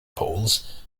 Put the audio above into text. polls